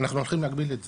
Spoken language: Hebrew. אנחנו הולכים להגביל את זה,